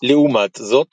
לעומת זאת